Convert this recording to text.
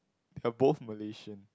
are both Malaysian